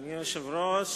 ביום י"ט באייר התשס"ט,